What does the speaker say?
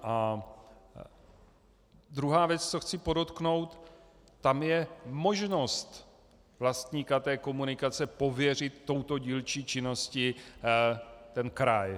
A druhá věc, co chci podotknout, tam je možnost vlastníka komunikace pověřit touto dílčí činností ten kraj.